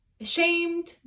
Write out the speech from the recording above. ashamed